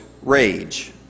rage